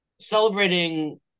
celebrating